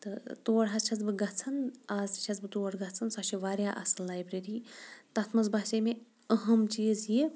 تہٕ تور حظ چھس بہٕ گژھان آز تہِ چھس بہٕ تور گژھان سۄ چھِ واریاہ اَصٕل لایبرٔری تَتھ منٛز باسے مےٚ اہَم چیٖز یہِ